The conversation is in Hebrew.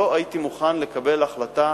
לא הייתי מוכן לקבל החלטה